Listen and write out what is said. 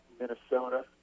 Minnesota